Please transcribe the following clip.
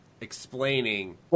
explaining